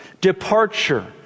Departure